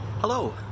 Hello